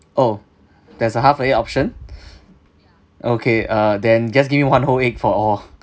oh there's a half a egg option okay uh then just give me one whole egg for all